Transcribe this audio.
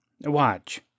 Watch